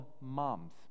moms